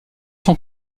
son